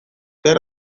zer